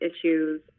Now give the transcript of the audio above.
issues